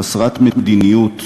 חסרת מדיניות מדינית-ביטחונית,